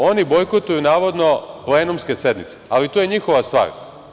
Oni bojkotuju, navodno, plenumske sednice, ali to je njihova stvar.